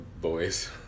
boys